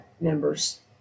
members